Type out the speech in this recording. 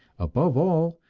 above all,